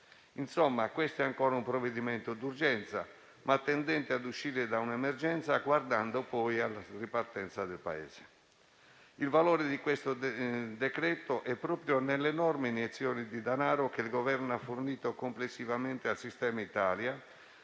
In sostanza, questo è ancora un provvedimento di urgenza, ma tendente ad uscire da un'emergenza, guardando alla ripartenza del Paese. Il valore di questo decreto è proprio nell'enorme iniezione di denaro che il Governo ha fornito complessivamente al sistema Italia,